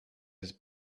his